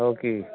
ହେଉ କି